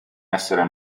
essere